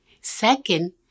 Second